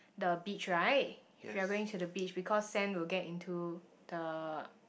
the beach right if you are going to the beach because sand will get into the